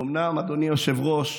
אומנם, אדוני היושב-ראש,